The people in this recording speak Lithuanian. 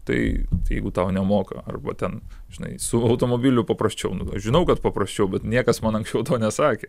tai tai jeigu tau nemoka arba ten žinai su automobiliu paprasčiau nu žinau kad paprasčiau bet niekas man anksčiau to nesakė